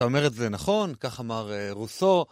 אתה אומר את זה נכון, כך אמר רוסו.